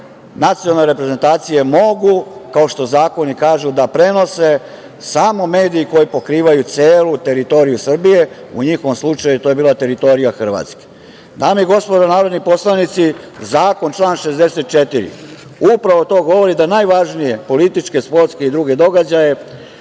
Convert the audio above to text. nacionalne reprezentacije mogu, kao što zakoni kažu, da prenose samo mediji koje pokrivaju celu teritoriju Srbije, u njihovom slučaju to je bila teritorija Hrvatske. Dame i gospodo narodni poslanici, zakon, član 64, upravo to govori, da najvažnije političke sportske i druge događaje,